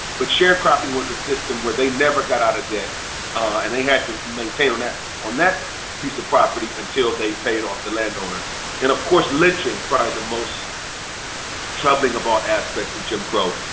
but sharecropping was a system where they never got out of debt and they had to maintain on that on that piece of property until they paid off the landowner. and of course lynching, probably the most troubling of all aspects of jim crow.